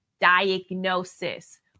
diagnosis